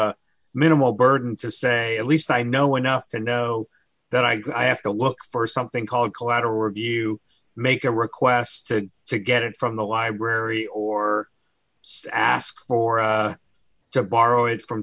a minimal burden to say it least i know enough to know that i go i have to look for something called collateral review make a request to get it from the library or ask for to borrow it from